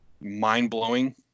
mind-blowing